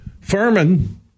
Furman